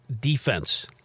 defense